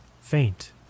Faint